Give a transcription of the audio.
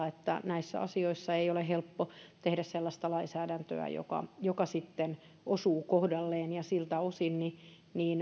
että näissä asioissa ei ole helppo tehdä sellaista lainsäädäntöä joka joka osuu kohdalleen siltä osin